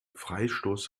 freistoß